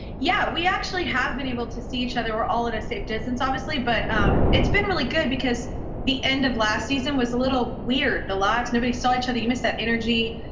yeah. we actually have been able to see each other, all at a safe distance, obviously, but it's been really good because the end of last season was a little weird. the lives nobody saw each other. you missed that energy.